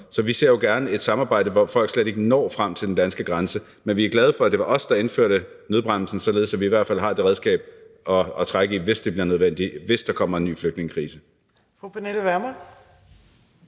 og vi ser gerne et samarbejde med dem, så folk slet ikke når frem til den danske grænse. Men vi er glade for, at det var os, der indførte nødbremsen, så vi i hvert fald har det redskab at kunne trække i, hvis det bliver nødvendigt, hvis der kommer en ny flygtningekrise. Kl. 14:18 Fjerde